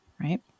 right